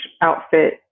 outfit